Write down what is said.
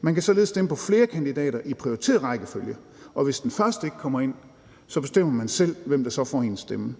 Man kan således stemme på flere kandidater i en prioriteret rækkefølge, og hvis den første ikke kommer ind, bestemmer man selv, hvem der så får ens stemme.